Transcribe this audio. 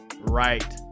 right